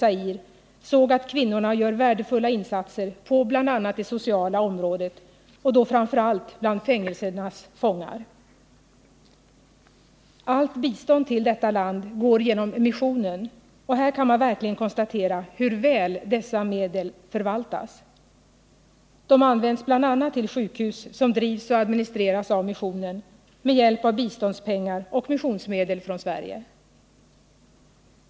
Zaire såg att kvinnorna gör värdefulla insatser på bl.a. det sociala området och då framför allt bland fängelsernas fångar. Allt bistånd till detta land går genom missionen, och här kan man verkligen konstatera hur väl dessa medel förvaltas. De används bl.a. till sjukhus som drivs och administreras av missionen med hjälp av biståndspengar och missionsmedel från Sverige.